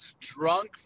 drunk